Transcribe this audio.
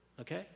Okay